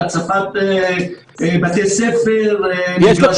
--- לחשמל, הצבת בתי ספר, מגרשים.